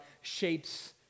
shapes